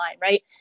Right